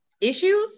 issues